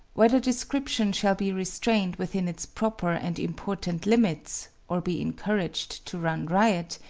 whether description shall be restrained within its proper and important limits, or be encouraged to run riot,